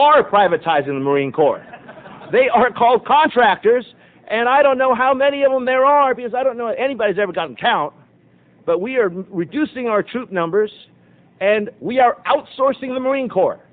are privatizing the marine corps they aren't called contractors and i don't know how many of them there are because i don't know anybody's ever gotten count but we are reducing our troop numbers and we are outsourcing the marine corps